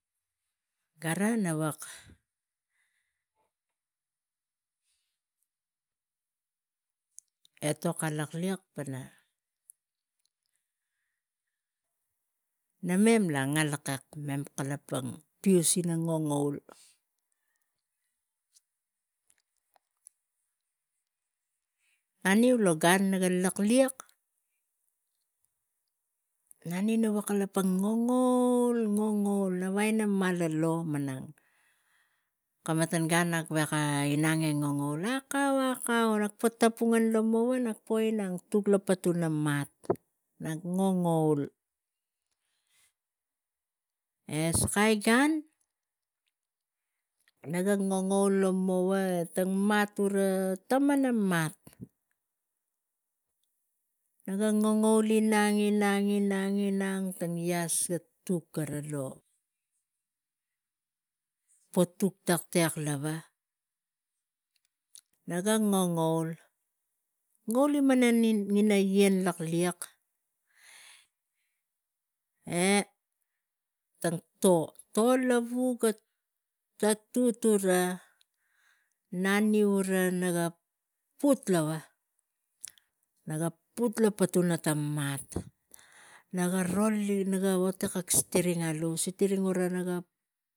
Gava na buk etok alaklik pana namau ta nalakek mem kalapang pinis ina ngangaul namui lo gan naga laklik maniu naga teteng ina ngangaul naga wagai ina aius malang keh matan keh matan gan nak veka inang ah ngang aul akau akau nak poh tapungau lomova nak poh tuk lo patana mak nak ngan gaul eh sakai gan naga ngangaul lomova eh ta mat uva tamana mat na ga ngangaul inang ta vias tuk gave poh tuk a taktek lava naga ngangaul ngauli taugina yian lilik eh tang toh lavu ga tatut uva nanis na ga put lava lo patuna ta mat eh naga toli ta stiring.